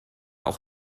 auch